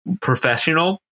professional